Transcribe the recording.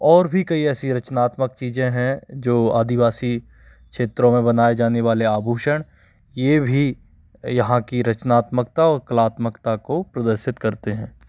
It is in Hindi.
और भी ऐसी कई रचनात्मक चीज़ें हैं जो आदिवासी क्षेत्रों में बनाए जाने वाले आभूषण यह भी यहाँ की रचनात्मकता और कलात्मकता को प्रदर्शित करते हैं